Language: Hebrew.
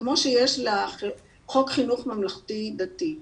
כמו שיש חוק חינוך ממלכתי דתי,